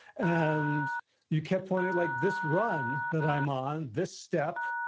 and you kept pointing like this run that i'm on this step,